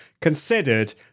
considered